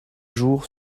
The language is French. jour